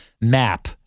map